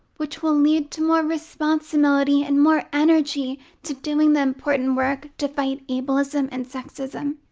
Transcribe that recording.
which will lead to more responsibility and more energy to doing the important work to fight ableism and sexism.